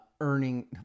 Earning